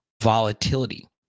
volatility